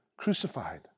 crucified